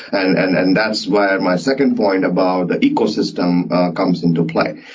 and and and that's where my second point about the ecosystem comes into play.